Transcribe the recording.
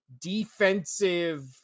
defensive